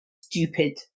stupid